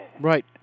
Right